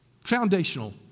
Foundational